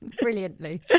Brilliantly